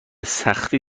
سختی